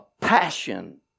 passion